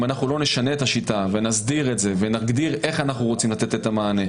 אם לא נשנה את השיטה ונסדיר את זה ונגדיר איך אנחנו רוצים לתת את המענה,